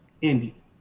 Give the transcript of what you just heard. Indy